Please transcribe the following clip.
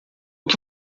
que